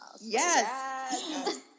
Yes